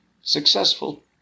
successful